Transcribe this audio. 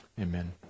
Amen